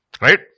Right